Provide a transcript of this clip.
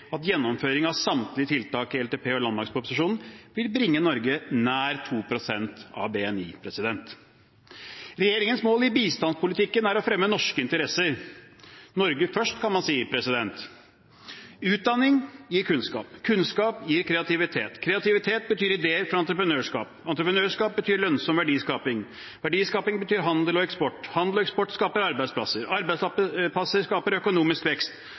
at gjennomføring av samtlige tiltak i LTP og landmaktproposisjonen vil bringe Norge nær 2 pst. av BNI. Regjeringens mål i bistandspolitikken er å fremme norske interesser. Norge først, kan man si. Utdanning gir kunnskap, kunnskap gir kreativitet, kreativitet betyr ideer for entreprenørskap, entreprenørskap betyr lønnsom verdiskaping, verdiskaping betyr handel og eksport, handel og eksport skaper arbeidsplasser, arbeidsplasser skaper økonomisk vekst,